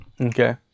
Okay